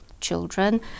children